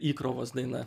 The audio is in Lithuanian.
įkrovos daina